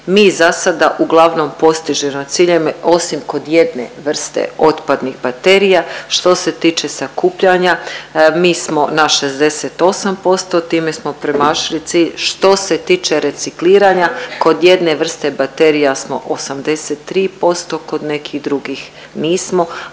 Mi za sada uglavnom postižemo ciljeve osim kod jedne vrste otpadnih baterija. Što se tiče sakupljanja mi smo na 68%, time smo premašili cilj. Što se tiče recikliranja kod jedne vrste baterija smo 83%, kod nekih drugih nismo,